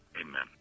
Amen